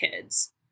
kids